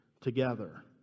together